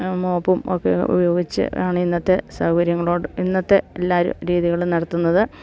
മോപ്പും ഒക്കെ ഉപയോഗിച്ച് ആണ് ഇന്നത്തെ സൗകര്യങ്ങളോട് ഇന്നത്തെ എല്ലാ ഒരു രീതികളും നടത്തുന്നത്